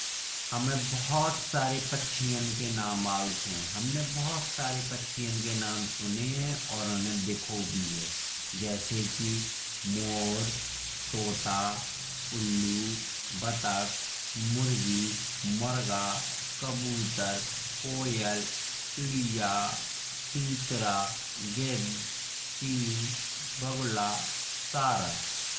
हमे भूत सारे पक्षियों के नाम आऊत हैं। हमने भूत सारे पक्षियाँ के बारे में सुनो हैं और उन्हें देखो भी हैं। जैसे कि मोर, तोता, उल्लू, बतख, मुर्गी, मुर्गा, कबूतर। कोयल, चिड़िया, टेटरा, गिद्ध, चील, बगुला, सारस।